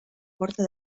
porta